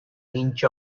inch